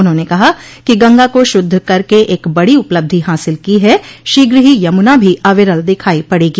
उन्होंने कहा कि गंगा को शुद्ध करके एक बड़ी उपलब्धि हासिल की है शीघ्र ही यमुना भी अविरल दिखाई पड़ेगी